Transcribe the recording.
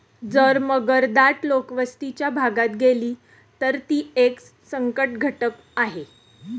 जर मगर दाट लोकवस्तीच्या भागात गेली, तर ती एक संकटघटक आहे